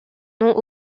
nom